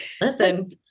listen